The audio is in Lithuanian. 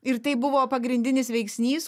ir tai buvo pagrindinis veiksnys